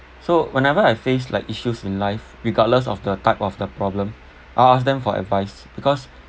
so whenever I face like issues in life regardless of the type of the problem I'll ask them for advice because